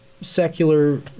secular